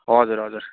हजुर हजुर